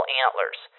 antlers